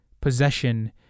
possession